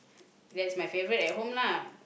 that's my favourite at home lah